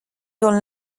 dans